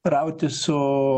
rauti su